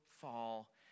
fall